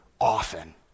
often